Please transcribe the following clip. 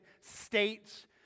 states